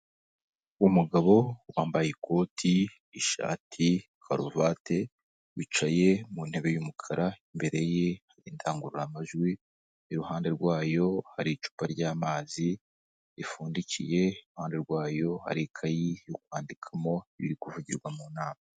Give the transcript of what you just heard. Umugabo wambaye ikoti, ishati, karuvati wicaye mu ntebe y'umukara, imbere ye indangururamajwi, iruhande rwayo hari icupa ry'amazi ripfundikiye, iruhande rwayo hari ikayi yo kwandikamo ibiri kuvugirwa mu nama.